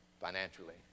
financially